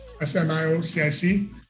S-M-I-O-C-I-C